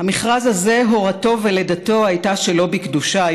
"'המכרז הזה הורתו ולידתו הייתה שלא בקדושה',